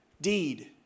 deed